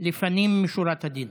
לפנים משורת הדין.